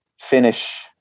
finish